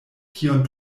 kion